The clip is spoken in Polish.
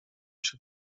się